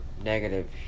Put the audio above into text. Negative